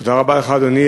תודה רבה לך, אדוני.